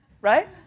right